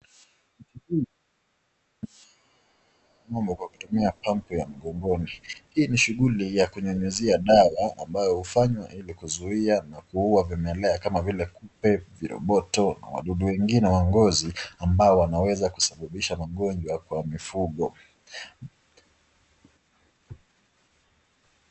Ng'ombe kwa kutumia pampu ya mgongoni, hii ni shughuli ya kunyunyizia dawa ambayo hufanywa ili kuua vimelea kama vile kupe , viroboto na wadudu wa ngozi ambao wanaweza kusababisha magonjwa kwa mifugo.